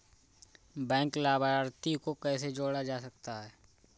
Bank लाभार्थी को कैसे जोड़ा जा सकता है?